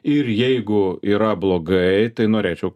ir jeigu yra blogai tai norėčiau